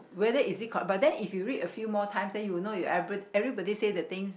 whether is it called but then if you read a few more times then you will know you every everybody say the things